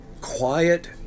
quiet